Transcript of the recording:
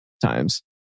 times